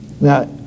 Now